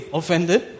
offended